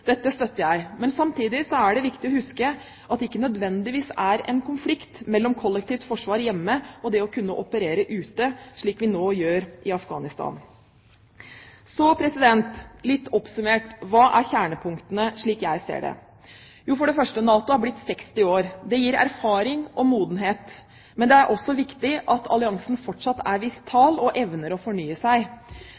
Dette støtter jeg. Men samtidig er det viktig å huske at det ikke nødvendigvis er en konflikt mellom kollektivt forsvar hjemme og det å kunne operere ute, slik vi nå gjør i Afghanistan. Så litt oppsummert: Hva er kjernepunktene, slik jeg ser det? NATO har blitt 60 år. Det gir erfaring og modenhet. Men det er også viktig at alliansen fortsatt er